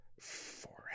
forever